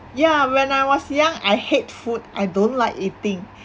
ya when I was young I hate food I don't like eating